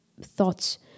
thoughts